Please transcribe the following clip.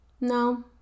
No